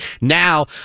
now